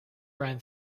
ran